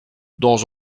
dans